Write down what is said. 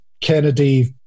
Kennedy